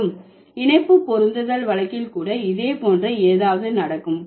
மேலும் இணைப்புப்பொருத்தல் வழக்கில் கூட இதே போன்ற ஏதாவது நடக்கும்